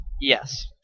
Yes